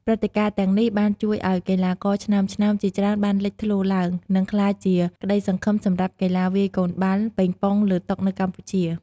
ព្រឹត្តិការណ៍ទាំងនេះបានជួយឱ្យកីឡាករឆ្នើមៗជាច្រើនបានលេចធ្លោឡើង និងក្លាយជាក្ដីសង្ឃឹមសម្រាប់កីឡាវាយកូនបាល់ប៉េងប៉ុងលើតុនៅកម្ពុជា។